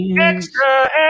Extra